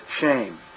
shame